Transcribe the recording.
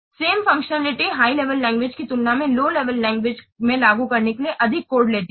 same functionality high level language की तुलना में लौ लेवल लैंग्वेज में लागू करने के लिए अधिक कोड लेती है